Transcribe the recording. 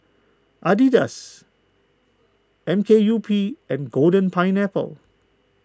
Adidas M K U P and Golden Pineapple